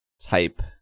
type